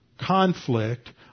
conflict